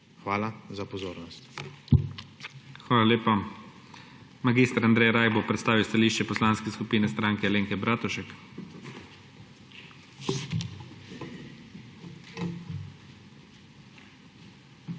Hvala za pozornost.